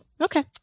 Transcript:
Okay